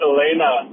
Elena